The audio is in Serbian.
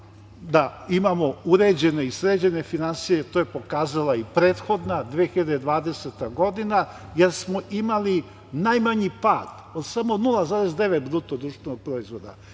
da imamo uređene i sređene finansije, to je pokazala i prethodna 2020. godina, jer smo imali najmanji pad od samo 0,9 BDP, kada